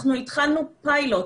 אנחנו התחלנו פיילוט